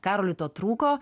karoliui to trūko